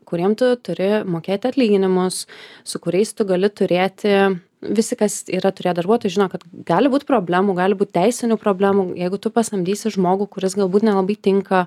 kuriem tu turi mokėt atlyginimus su kuriais tu gali turėti visi kas yra turėję darbuotojų žino kad gali būt problemų gali būt teisinių problemų jeigu tu pasamdysi žmogų kuris galbūt nelabai tinka